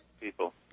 people